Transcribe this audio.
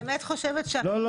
אני באמת חושבת לא,